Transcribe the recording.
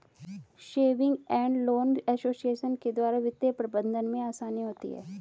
saving and loan association के द्वारा वित्तीय प्रबंधन में आसानी होती है